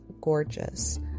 gorgeous